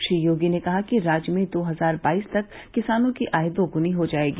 श्री योगी ने कहा कि राज्य में दो हजार बाईस तक किसानों की आय दोगुनी हो जायेगी